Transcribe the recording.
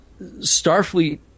Starfleet